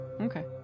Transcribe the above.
Okay